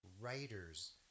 writers